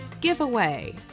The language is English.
giveaway